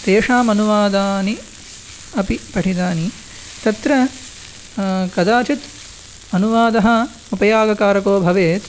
तेषाम् अनुवादानि अपि पठितानि तत्र कदाचित् अनुवादः उपयोगकारको भवेत्